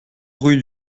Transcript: rue